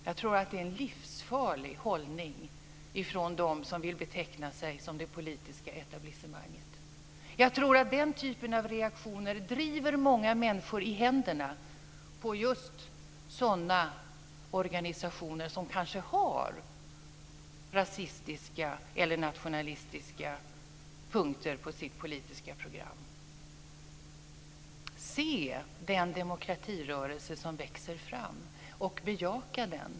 Jag tror att det är en livsfarlig hållning från dem som vill beteckna sig som det politiska etablissemanget. Jag tror att den typen av reaktioner driver många människor i händerna på just sådana organisationer som kanske har rasistiska eller nationalistiska punkter på sitt politiska program. Se den demokratirörelse som växer fram, och bejaka den!